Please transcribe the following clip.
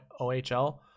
OHL